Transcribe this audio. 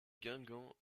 guingamp